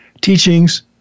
teachings